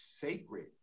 sacred